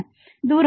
தூரம் 4